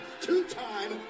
two-time